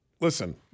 Listen